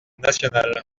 nationale